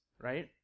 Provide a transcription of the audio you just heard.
right